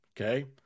okay